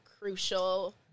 crucial